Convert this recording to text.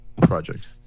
Project